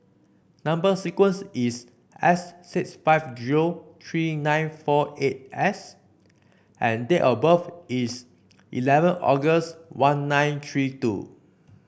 number sequence is S six five zero three nine four eight S and date of birth is eleven August one nine three two